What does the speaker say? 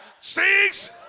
Six